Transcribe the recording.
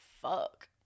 Fuck